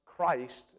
Christ